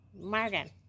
Morgan